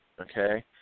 okay